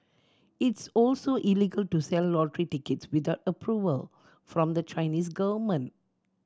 it's also illegal to sell lottery tickets without approval from the Chinese government